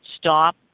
stop